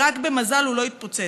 ורק במזל הוא לא התפוצץ?